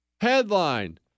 Headline